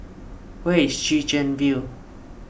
where is Chwee Chian View